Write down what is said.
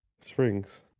Springs